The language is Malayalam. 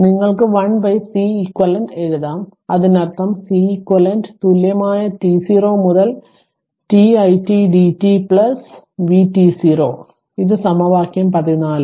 നിങ്ങൾക്ക് 1 Ceq എഴുതാം അതിനർത്ഥം Ceq തുല്യമായ t0 മുതൽ tit dt vt0 ഇത് സമവാക്യം 14